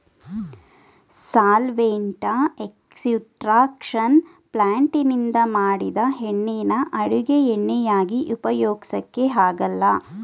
solvent extraction ಪ್ಲಾಂಟ್ನಿಂದ ಮಾಡಿದ್ ಎಣ್ಣೆನ ಅಡುಗೆ ಎಣ್ಣೆಯಾಗಿ ಉಪಯೋಗ್ಸಕೆ ಆಗಲ್ಲ